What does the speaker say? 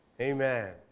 amen